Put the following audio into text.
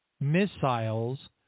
missiles